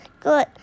good